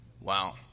Wow